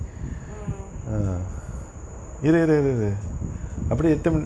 mm